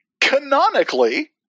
canonically